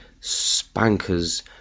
spankers